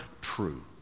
true